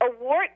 Award